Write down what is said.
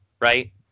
right